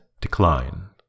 decline